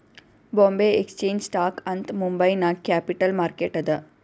ಬೊಂಬೆ exchange stock ಅಂತ್ ಮುಂಬೈ ನಾಗ್ capital market ಅದಾ